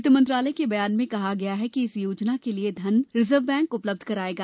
वित्त मंत्रालय के बयान में कहा गया है कि इस योजना के लिए धन रिजर्व बैंक उपलब्ध कराएगा